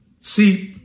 See